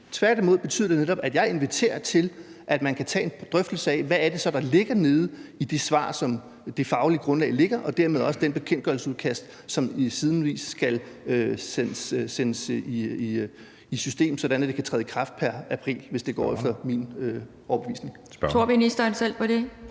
Tværtimod betyder det netop, at jeg inviterer til, at man kan tage en drøftelse af, hvad det så er, der ligger i de svar i forhold til det faglige grundlag og dermed også i det bekendtgørelsesudkast, som siden hen skal sættes i system, sådan at det kan træde i kraft pr. april, hvis det går efter min overbevisning. Kl. 14:10 Anden